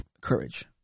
courage